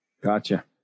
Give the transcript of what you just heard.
gotcha